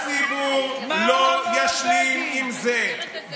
הציבור לא ישלים עם זה.